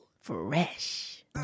Fresh